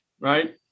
right